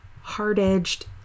hard-edged